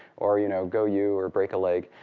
or you know go you, or break a leg.